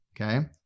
Okay